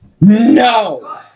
No